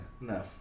No